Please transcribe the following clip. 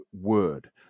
word